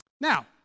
Now